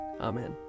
Amen